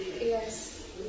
Yes